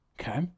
Okay